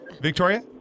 Victoria